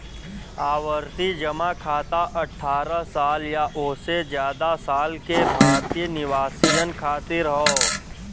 आवर्ती जमा खाता अठ्ठारह साल या ओसे जादा साल के भारतीय निवासियन खातिर हौ